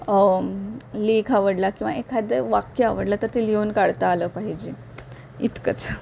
लेख आवडला किंवा एखादं वाक्य आवडलं तर ते लिहून काढता आलं पाहिजे इतकंच